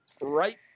Right